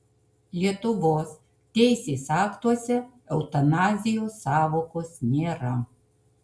lietuvos teisės aktuose eutanazijos sąvokos nėra